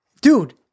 Dude